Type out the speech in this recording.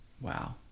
wow